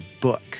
book